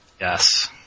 Yes